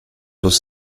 was